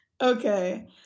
okay